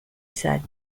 said